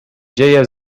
dzieje